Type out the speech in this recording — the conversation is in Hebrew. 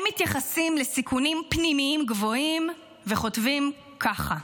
הם מתייחסים לסיכונים פנימיים גבוהים וכותבים ככה: